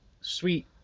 sweet